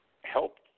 help